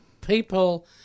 people